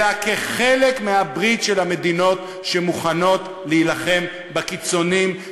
אלא כחלק מהברית של המדינות שמוכנות להילחם בקיצונים,